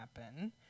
happen